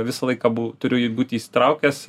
visą laiką bu turiu būti įsitraukęs